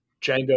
Django